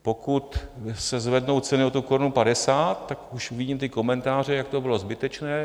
Pokud se zvednou ceny o tu korunu padesát, tak už vidím komentáře, jak to bylo zbytečné.